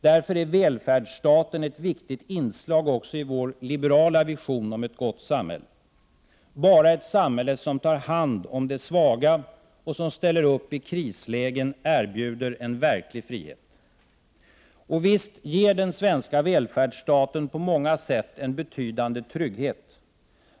Därför är välfärdsstaten ett viktigt inslag också i vår liberala vision om ett gott samhälle. Bara ett samhälle som tar hand om de svaga och som ställer upp i krislägen erbjuder en verklig frihet. Och visst ger den svenska välfärdsstaten på många sätt en betydande trygghet.